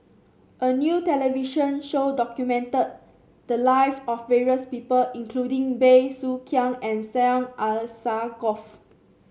a new television show documented the live of various people including Bey Soo Khiang and Syed Alsagoff